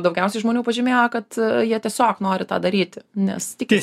daugiausiai žmonių pažymėjo kad jie tiesiog nori tą daryti nes tiki